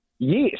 Yes